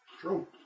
True